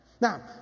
Now